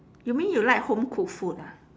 you mean you like home cooked food ah